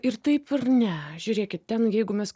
ir taip ir ne žiūrėkit ten jeigu mes